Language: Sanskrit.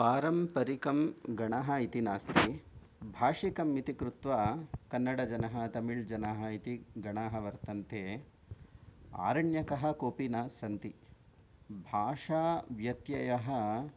पारम्परिकं गणः इति नास्ति भाषिकम् इति कृत्वा कन्नडजनः तमिळ्जनः इति गणाः वर्तन्ते आरण्यकः कोऽपि न सन्ति भाषा व्यत्ययः